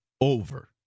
over